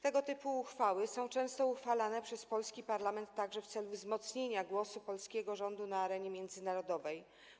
Tego typu uchwały są często przyjmowane przez polski parlament także w celu wzmocnienia głosu polskiego rządu na arenie międzynarodowej.